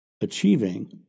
achieving